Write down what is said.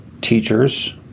teachers